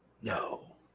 No